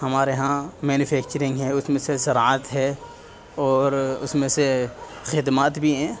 ہمارے یہاں مینوفیکچرنگ ہے اس میں سے زراعت ہے اور اس میں سے خدمات بھی ہیں